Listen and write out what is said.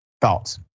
thoughts